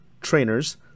trainers